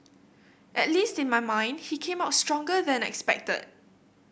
at least in my mind he came out stronger than expected